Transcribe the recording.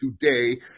today